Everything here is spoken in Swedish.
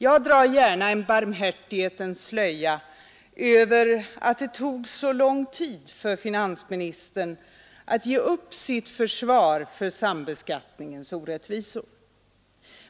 Jag drar gärna en barmhärtighetens slöja över att det tog så lång tid för finansministern att ge upp sitt försvar för sambeskattningens orättvisor.